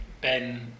Ben